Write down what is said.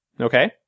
Okay